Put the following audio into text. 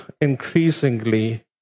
increasingly